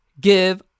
give